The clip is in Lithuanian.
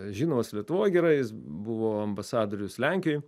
žinomas lietuvoj gerai jis buvo ambasadorius lenkijoj